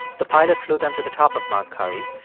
the pilot flew them to the top of mount currie.